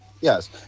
Yes